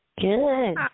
Good